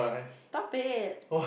stop it